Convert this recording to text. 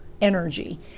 energy